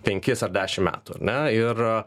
penkis ar dešim metų ar ne ir